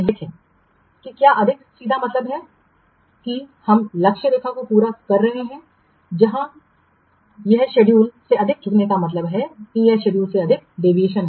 देखें कि क्या अधिक सीधा मतलब है कि हम लक्ष्य रेखाओं को पूरा कर रहे हैं जहां तक शेड्यूल से अधिक झुकने का मतलब है कि यह शेड्यूल से अधिक डेविएशन है